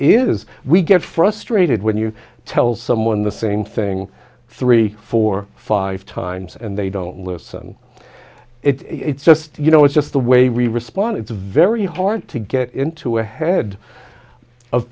is we get frustrated when you tell someone the same thing three four five times and they don't listen it's just you know it's just the way we respond it's very hard to get into ahead of